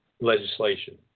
legislation